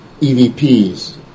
EVPs